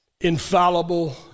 infallible